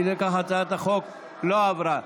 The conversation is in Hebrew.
אי לכך ההצעה לא עברה.